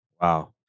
Wow